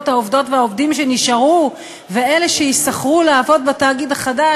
העובדות והעובדים שנשארו ואלה שיישכרו לעבוד בתאגיד החדש.